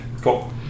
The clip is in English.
Cool